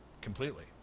Completely